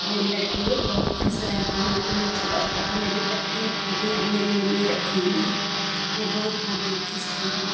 मेरे लड़के लोग बहुत ख़ुश रहते हैं कि मैं छोटा छोटा था मेरी तब की फोटो मेरी मम्मी रखी हुई है मैं बहुट फोटो खींचती हूँ